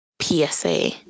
PSA